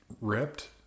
ripped